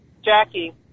Jackie